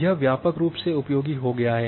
यह व्यापक रूप से उपयोगी हो गया है